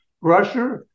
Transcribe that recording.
Russia